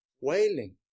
wailing